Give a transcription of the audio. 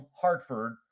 hartford